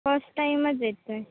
first टाईमच येतो आहे